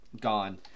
gone